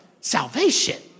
salvation